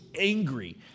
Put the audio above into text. angry